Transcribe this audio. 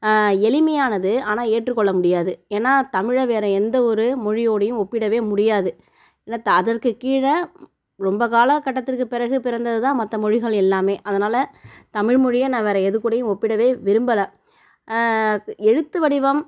எளிமையானது ஆனால் ஏற்றுக்கொள்ள முடியாது ஏன்னா தமிழ வேறு எந்தவொரு மொழியோடையும் ஒப்பிடவே முடியாது அதற்கு கீழே ரொம்ப காலகட்டத்திற்குப் பிறகு பிறந்ததுதான் மற்ற மொழிகள் எல்லாமே அதனால் தமிழ் மொழியை நான் வேறு எதுக்கூடையும் ஒப்பிடவே விரும்பலை எழுத்து வடிவம்